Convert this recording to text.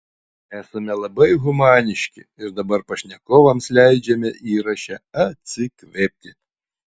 esame labai humaniški ir dabar pašnekovams leidžiame įraše atsikvėpti